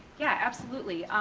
yeah, absolutely.